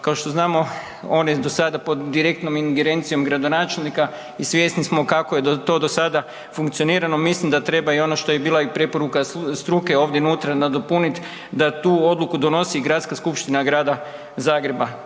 Kao što znamo, on je do sada pod direktnom ingerencijom gradonačelnika i svjesni kako je to dosada funkcionirano, mislim da treba i ono što je bila i preporuka struke ovdje nutra nadopunit, da tu odluku donosi Gradska skupština grada Zagreba.